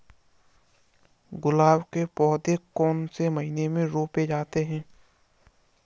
गुलाब के पौधे कौन से महीने में रोपे जाते हैं?